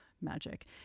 magic